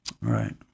Right